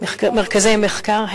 מרכזי מחקר,